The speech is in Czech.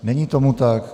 Není tomu tak.